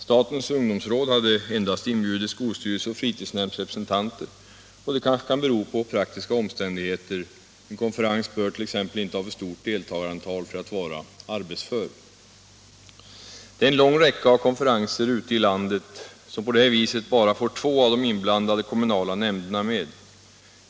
Statens ungdomsråd hade endast inbjudit skolstyrelseoch fritidsnämndsrepresentanter, och det kanske kan bero på praktiska omständigheter — en konferens bör t.ex. inte ha för stort deltagarantal för att vara arbetsför. Det är en lång räcka av konferenser ute i landet som på det här viset bara får två av de inblandade kommunala nämnderna med.